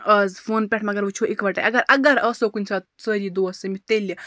آز فون پٮ۪ٹھ مگر وٕچھو اِکوَٹَے اگر اگر آسو کُنہِ ساتہٕ سٲری دوس سٔمِتھ تیٚلہِ